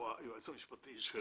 שהוא היועץ המשפטי של